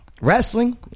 Wrestling